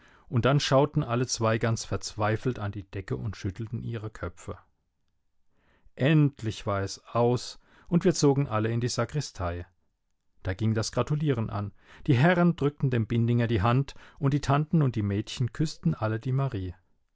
und dann schauten alle zwei ganz verzweifelt an die decke und schütteln ihre köpfe endlich war es aus und wir zogen alle in die sakristei da ging das gratulieren an die herren drückten dem bindinger die hand und die tanten und die mädchen küßten alle die marie